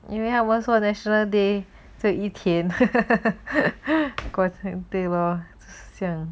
因为他我说 national day 这一天过 timetable sia